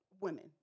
women